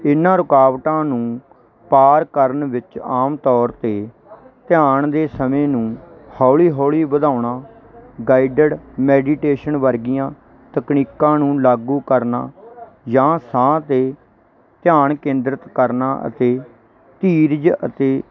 ਇਨ੍ਹਾਂ ਰੁਕਾਵਟਾਂ ਨੂੰ ਪਾਰ ਕਰਨ ਵਿੱਚ ਆਮ ਤੌਰ 'ਤੇ ਧਿਆਨ ਦੇ ਸਮੇਂ ਨੂੰ ਹੌਲੀ ਹੌਲੀ ਵਧਾਉਣਾ ਗਾਈਡਡ ਮੈਡੀਟੇਸ਼ਨ ਵਰਗੀਆਂ ਤਕਨੀਕਾਂ ਨੂੰ ਲਾਗੂ ਕਰਨਾ ਜਾਂ ਸਾਹ 'ਤੇ ਧਿਆਨ ਕੇਂਦਰਿਤ ਕਰਨਾ ਅਤੇ ਧੀਰਜ ਅਤੇ